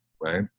right